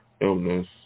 illness